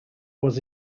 was